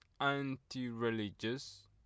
anti-religious